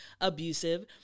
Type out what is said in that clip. abusive